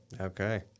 Okay